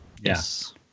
Yes